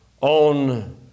on